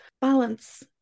Balance